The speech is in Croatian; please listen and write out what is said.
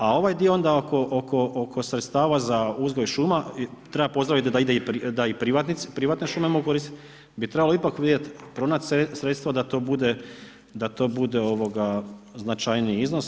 A ovaj dio onda oko sredstava za uzgoj šuma, treba pozdraviti da i privatne šume mogu koristiti bi trebalo ipak vidjeti, pronaći sredstvo da to bude značajniji iznos.